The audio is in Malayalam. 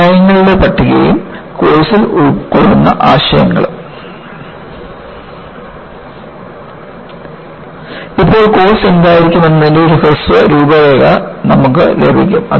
അധ്യായങ്ങളുടെ പട്ടികയും കോഴ്സിൽ ഉൾക്കൊള്ളുന്ന ആശയങ്ങളും ഇപ്പോൾ കോഴ്സ് എന്തായിരിക്കുമെന്നതിന്റെ ഒരു ഹ്രസ്വ രൂപരേഖ നമുക്ക് ലഭിക്കും